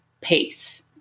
PACE